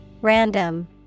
Random